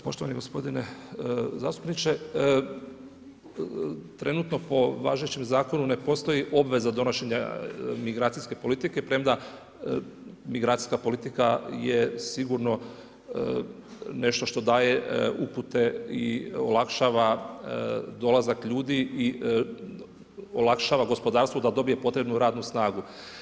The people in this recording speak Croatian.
Poštovani gospodine zastupniče, trenutno po važećem zakonu ne postoji obveza donošenja migracijske politike premda migracijska politika je sigurno nešto što daje upute i olakšava dolazak ljudi i olakšava gospodarstvo da dobije potrebnu radnu snagu.